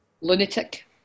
Lunatic